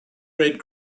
red